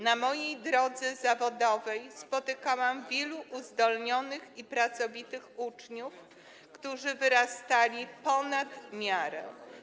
Na mojej drodze zawodowej spotykałam wielu uzdolnionych i pracowitych uczniów, którzy wyrastali ponad miarę.